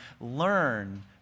learn